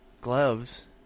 Gloves